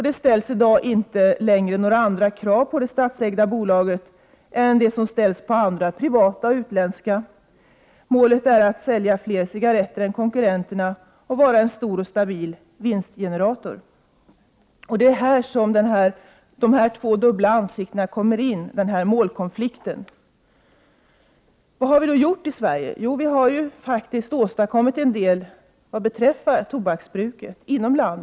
Det ställs inte längre några andra krav på det statsägda bolaget än dem som ställs på privata och utländska företag. Målet är att sälja fler cigaretter än konkurrenterna och att vara en ”stor och stabil vinstgenerator”. Det är här som de två ansiktena kommer in, denna målkonflikt. Vad har vi då gjort i Sverige i tobakfrågan? Jo, vi har åstadkommit en del vad beträffar tobaksbruket inom landet.